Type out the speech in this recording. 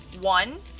One